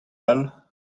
all